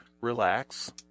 relax